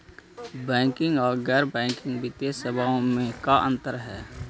Banking और गैर banking वित्तीय सेवाओं में का अंतर हइ?